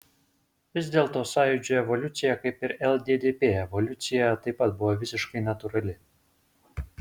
vis dėlto sąjūdžio evoliucija kaip ir lddp evoliucija taip pat buvo visiškai natūrali